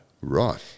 Right